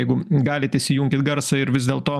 jeigu galit įsijunkit garsą ir vis dėlto